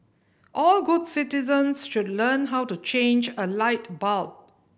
all good citizens should learn how to change a light bulb